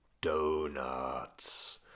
donuts